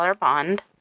bond